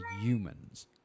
humans